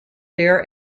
deer